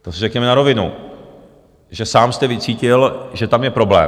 To si řekněme na rovinu, že sám jste vycítil, že tam je problém.